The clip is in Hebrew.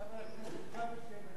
שהן עצות אחיתופל.